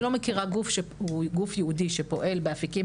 אני לא מכירה גוף שהוא גוף ייעודי שפועל באפיקים